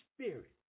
spirit